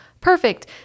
perfect